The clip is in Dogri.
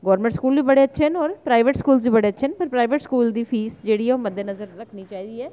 गौरमैंट स्कूल बी बड़े अच्छे न और प्राइवेट स्कूल बी बड़े अच्छे न पर प्राइवेट स्कूल दी फीस जेह्ड़ी ऐ ओह् मुद्दे नजर रक्खनी चाहिदी ऐ